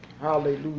Hallelujah